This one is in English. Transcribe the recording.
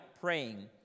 praying